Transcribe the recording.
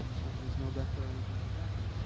and there's no letter or anything like that, and, you